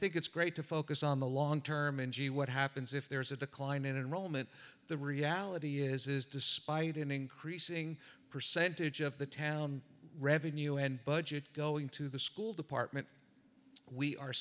think it's great to focus on the long term and gee what happens if there's a decline in an element the reality is is despite an increasing percentage of the town revenue and budget going to the school department we are